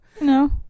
No